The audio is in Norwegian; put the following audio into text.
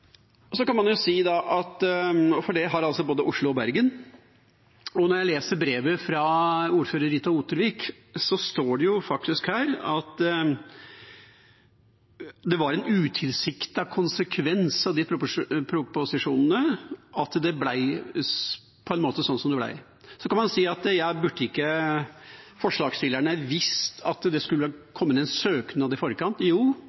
for det har både Oslo og Bergen. Når jeg leser brevet fra ordfører Rita Ottervik, står det faktisk der at det var en utilsiktet konsekvens av de proposisjonene at det på en måte ble som det ble. Så kan man si at forslagsstillerne burde visst at det skulle komme inn en søknad i forkant.